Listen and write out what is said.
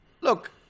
Look